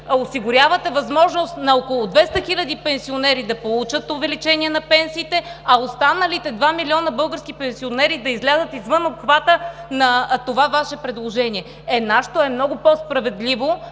осигурявате възможност на около 200 хиляди пенсионери да получат увеличение на пенсиите, а останалите 2 милиона български пенсионери да излязат извън обхвата на това Ваше предложение. Е, нашето е много по-справедливо,